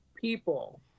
people